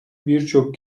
birçok